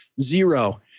Zero